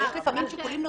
יש לפעמים שיקולים נוספים.